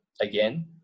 again